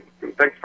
Thanks